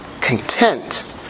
Content